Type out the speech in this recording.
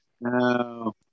No